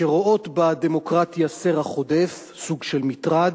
שרואות בדמוקרטיה סרח עודף, סוג של מטרד.